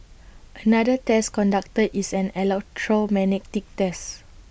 another test conducted is an electromagnetic test